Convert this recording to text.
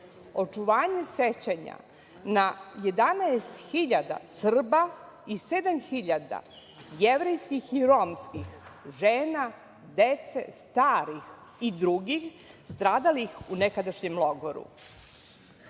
očuvanje sećanja 11.000 Srba i 7.000 jevrejskih i romskih žena, dece, starih i drugih stradalih u nekadašnjem logoru.„Staro